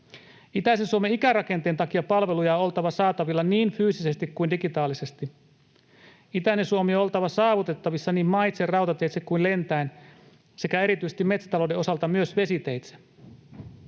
Itäisen Suomen ikärakenteen takia palveluja on oltava saatavilla niin fyysisesti kuin digitaalisesti. Itäisen Suomen on oltava saavutettavissa niin maitse, rautateitse kuin lentäen sekä erityisesti metsätalouden osalta myös vesiteitse.